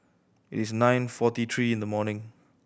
it is nine forty three in the morning